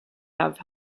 have